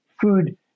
food